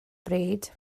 bryd